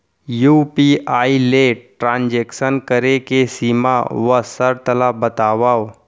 UPI ले transaction करे के सीमा व शर्त ला बतावव?